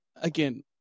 again